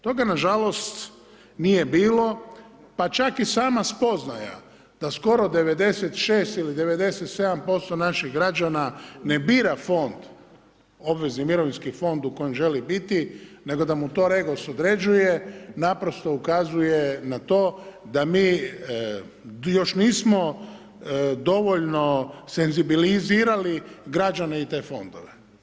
Toga nažalost nije bilo pa čak i sama spoznaja da skoro 96 ili 97% građana ne bira fond, obvezni mirovinski fond u kojem želi biti nego da mu to REGOS određuje, naprosto ukazuje na to da mi još nismo dovoljno senzibilizirali građane i te fondove.